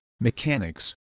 mechanics